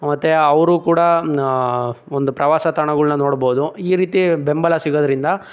ಮತ್ತೆ ಅವರು ಕೂಡ ಒಂದು ಪ್ರವಾಸ ತಾಣಗಳನ್ನ ನೋಡಬಹುದು ಈ ರೀತಿ ಬೆಂಬಲ ಸಿಗೋದ್ರಿಂದ